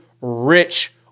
rich